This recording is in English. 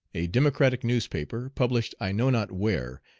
a democratic newspaper, published i know not where,